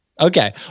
Okay